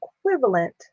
equivalent